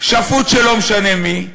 שפוט של לא משנה מי.